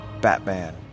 Batman